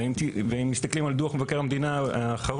ואם מסתכלים על דו"ח מבקר המדינה האחרון